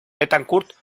betancourt